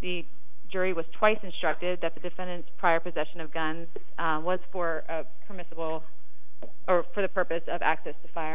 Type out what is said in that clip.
the jury was twice instructed that the defendant's prior possession of guns was for permissible or for the purpose of access to fire